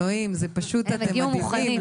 אלוהים, אתם פשוט מדהימים.